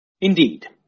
Indeed